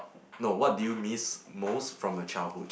no what did you miss most from a childhood